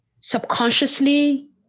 subconsciously